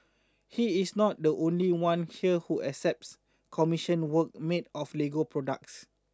he is not the only one here who accepts commissioned work made of Lego products